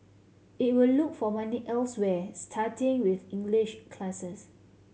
it will look for money elsewhere starting with English classes